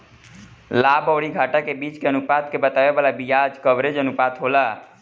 लाभ अउरी घाटा के बीच के अनुपात के बतावे वाला बियाज कवरेज अनुपात होला